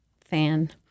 fan